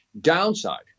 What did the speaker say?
Downside